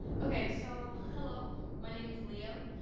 ok so hello my name is leo.